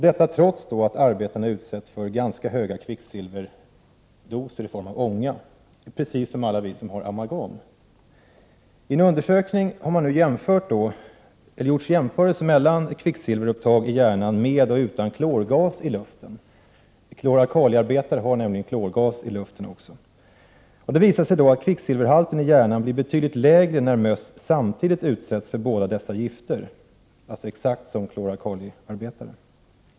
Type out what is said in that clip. Detta trots att arbetarna utsätts för ganska höga kvicksilverdoser i form av ånga, precis som alla vi som har amalgamfyllningar. I en undersökning har gjorts jämförelser mellan kvicksilverupptag i hjärnan med och utan klorgas i luften. Klor-alkaliarbetare utsätts nämligen också för klorgas i luften. Det visar sig att kvicksilverhalten i hjärnan blir betydligt lägre när försöksdjur, möss, samtidigt utsätts för båda dessa gifter, dvs. exakt på samma sätt som klor-alkaliarbetare.